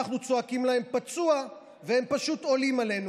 אנחנו צועקים להם: פצוע, והם פשוט עולים עלינו.